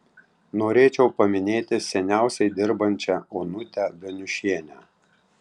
norėčiau paminėti seniausiai dirbančią onutę daniušienę